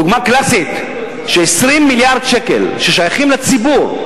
דוגמה קלאסית, ש-20 מיליארד שקל ששייכים לציבור,